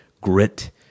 grit